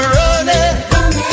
running